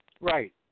Right